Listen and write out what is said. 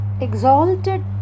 exalted